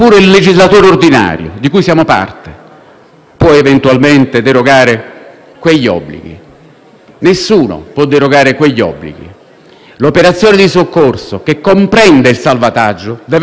Nessuno può derogare a quegli obblighi. L'operazione di soccorso, che comprende il salvataggio, deve essere portata all'ulteriore e ultima conseguenza dello sbarco in un luogo sicuro, il che significa